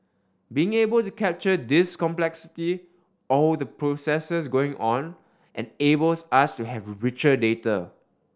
being able to capture this complexity all the processes going on enables us to have richer data